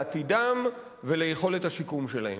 לעתידן וליכולת השיקום שלהן.